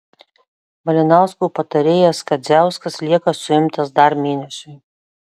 malinausko patarėjas kadziauskas lieka suimtas dar mėnesiui